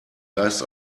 geist